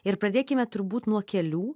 ir pradėkime turbūt nuo kelių